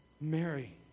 Mary